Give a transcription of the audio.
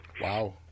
Wow